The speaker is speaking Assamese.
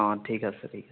অ' ঠিক আছে